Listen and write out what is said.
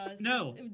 No